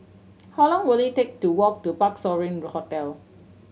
how long will it take to walk to Parc Sovereign Hotel